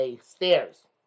stairs